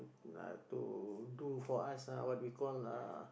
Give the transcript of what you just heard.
uh to do for us ah what we call uh